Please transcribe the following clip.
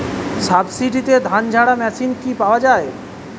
সাবসিডিতে ধানঝাড়া মেশিন কি পাওয়া য়ায়?